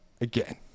again